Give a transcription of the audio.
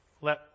let